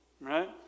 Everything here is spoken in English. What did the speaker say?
right